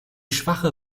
schwache